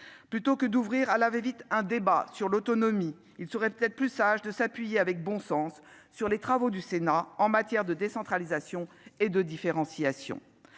Plutôt que d'ouvrir à la va-vite un débat sur l'autonomie, il serait peut-être plus sage de s'appuyer avec bon sens sur les travaux du Sénat en matière de décentralisation et de différenciation.